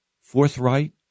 forthright